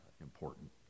important